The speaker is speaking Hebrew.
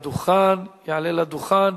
אין מתנגדים ואין נמנעים.